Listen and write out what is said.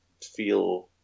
feel